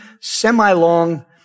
semi-long